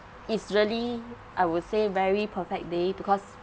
it's really I would say very perfect day because